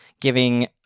giving